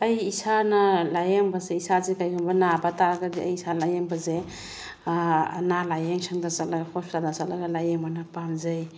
ꯑꯩ ꯏꯁꯥꯅ ꯂꯥꯏꯌꯦꯡꯕꯁꯦ ꯏꯁꯥꯁꯦ ꯀꯔꯤꯒꯨꯝꯕ ꯅꯥꯕ ꯇꯥꯔꯒꯗꯤ ꯑꯩ ꯏꯁꯥ ꯂꯥꯏꯌꯦꯡꯕꯁꯦ ꯑꯅꯥ ꯂꯥꯏꯌꯦꯡꯁꯪꯗ ꯆꯠꯂꯒ ꯍꯣꯁꯄꯤꯇꯥꯜꯗ ꯆꯠꯂꯒ ꯂꯥꯏꯌꯦꯡꯕꯅ ꯄꯥꯝꯖꯩ